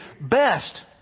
best